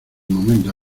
momento